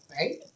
right